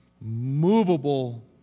movable